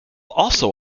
also